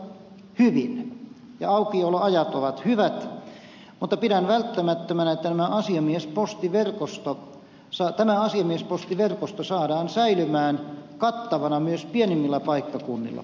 ne toimivat hyvin ja aukioloajat ovat hyvät mutta pidän välttämättömänä että tämä asiamiespostiverkosto saadaan säilymään kattavana myös pienimmillä paikkakunnilla